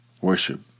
worship